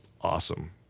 awesome